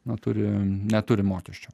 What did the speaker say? na turi neturi mokesčio